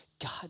God